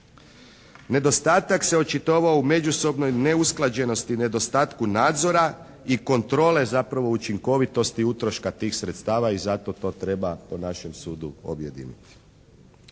Nedostatak se očitovao u međusobnoj neusklađenosti nedostatku nadzora i kontrole zapravo učinkovitosti utroška tih sredstava i zato to treba po našem sudu objediniti.